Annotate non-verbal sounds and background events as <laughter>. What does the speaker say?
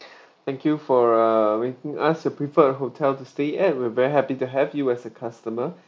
<breath> thank you for uh making us your preferred hotel to stay at we're very happy to have you as a customer